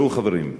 ראו, חברים,